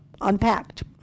unpacked